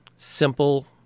simple